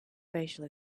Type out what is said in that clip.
facial